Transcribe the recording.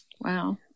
Wow